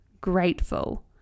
grateful